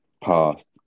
past